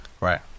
right